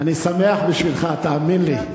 אני שמח בשבילך, תאמין לי.